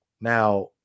Now